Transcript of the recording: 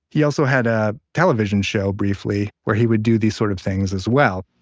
he also had a television show briefly where he would do these sorts of things as well